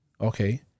Okay